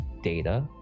data